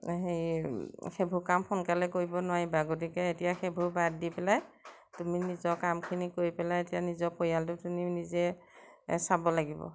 হেৰি সেইবোৰ কাম সোনকালে কৰিব নোৱাৰিবা গতিকে এতিয়া সেইবোৰ বাদ দি পেলাই তুমি নিজৰ কামখিনি কৰি পেলাই এতিয়া নিজৰ পৰিয়ালটো তুমি নিজে চাব লাগিব